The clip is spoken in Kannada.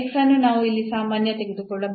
ಅನ್ನು ನಾವು ಇಲ್ಲಿ ಸಾಮಾನ್ಯ ತೆಗೆದುಕೊಳ್ಳಬಹುದು